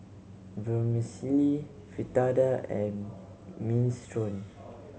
Vermicelli Fritada and Minestrone